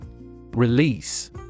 Release